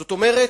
זאת אומרת,